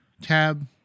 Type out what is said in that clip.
Tab